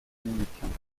dominicains